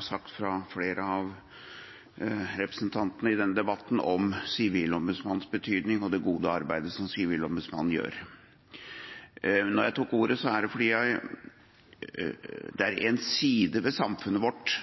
sagt fra flere av representantene i denne debatten om Sivilombudsmannens betydning og det gode arbeidet som Sivilombudsmannen gjør. Jeg tok ordet fordi det er en side ved samfunnet vårt